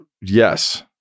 yes